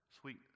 sweet